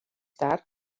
tard